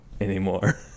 anymore